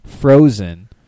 frozen